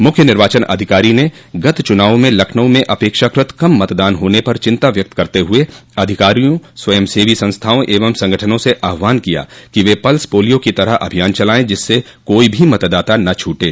मुख्य निर्वाचन अधिकारी ने गत चुनावों में लखनऊ में अपेक्षाकृत कम मतदान होने पर चिन्ता व्यक्त करते हये अधिकारियों स्वयंसेवी संस्थाओं एवं संगठनों से आहवान किया कि वे पल्स पोलियो की तरह अभियान चलायें जिससे कोई भी मतदाता न छूटे